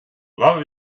love